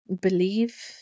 believe